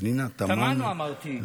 תמנו, אמרתי.